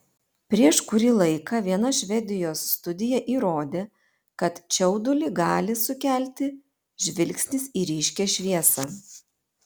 prieš kurį laiką viena švedijos studija įrodė kad čiaudulį gali sukelti žvilgsnis į ryškią šviesą